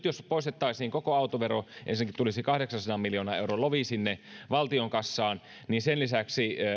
jos koko autovero nyt poistettaisiin ensinnäkin tulisi kahdeksansadan miljoonan euron lovi sinne valtionkassaan ja sen lisäksi